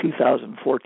2014